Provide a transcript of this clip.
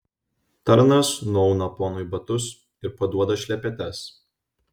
tarnas nuauna ponui batus ir paduoda šlepetes